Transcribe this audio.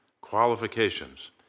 qualifications